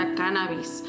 cannabis